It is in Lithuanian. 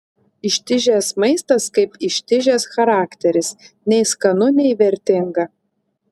ištižęs maistas kaip ištižęs charakteris nei skanu nei vertinga